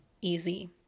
easy